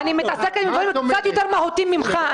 אני מתעסקת עם דברים קצת יותר מהותיים ממך.